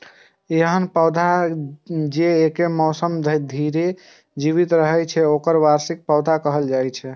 एहन पौधा जे एके मौसम धरि जीवित रहै छै, ओकरा वार्षिक पौधा कहल जाइ छै